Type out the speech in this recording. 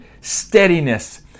steadiness